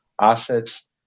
assets